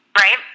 Right